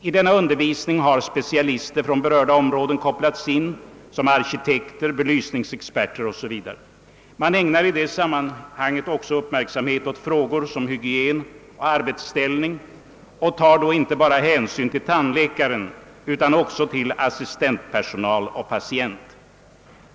I denna undervisning har specialister från berörda områden kopplats in, såsom arkitekter, belysningsexperter m.fl. Man ägnar i det sammanhanget också uppmärksamhet åt frågor som hygien och arbetsställning och tar då hänsyn inte bara till tandläkaren utan. också till assistentpersonal och patient.